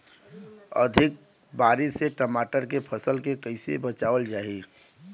अधिक बारिश से टमाटर के फसल के कइसे बचावल जाई?